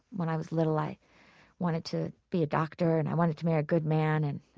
when i was little, i wanted to be a doctor and i wanted to marry a good man. and